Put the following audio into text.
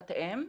כשפת אם.